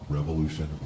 Revolution